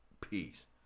Peace